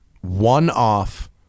one-off